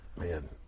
Man